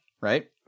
right